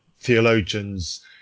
Theologians